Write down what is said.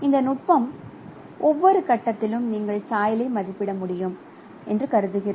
இந்த நுட்பம் ஒவ்வொரு கட்டத்திலும் நீங்கள் சாயலை மதிப்பிட முடியும் என்று கருதுகிறது